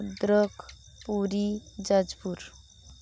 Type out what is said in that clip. Bhadrak Puri Jajpur